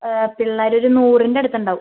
പിള്ളേര് ഒരു നൂറിൻ്റെ അടുത്തുണ്ടാവും